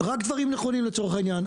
רק דברים נכונים לצורך העניין,